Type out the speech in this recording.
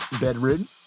bedridden